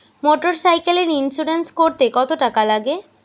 মোটরসাইকেলের ইন্সুরেন্স করতে কত টাকা লাগে?